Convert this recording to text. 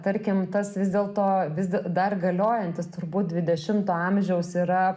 tarkim tas vis dėlto vis dar galiojantis turbūt dvidešimto amžiaus yra